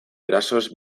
erasoz